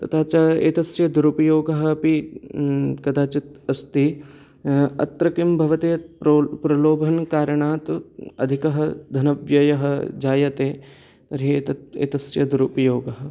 तथा च एतस्य दुरुपयोगः अपि कदाचित् अस्ति अत्र किं भवति यत् प्रलोभनकारणात् अधिकः धनव्ययः जायते तर्हि एतस्य दुरुपयोगः